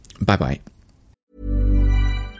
bye-bye